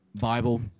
Bible